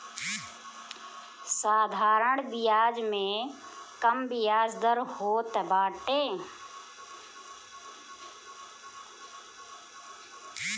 साधारण बियाज में कम बियाज दर होत बाटे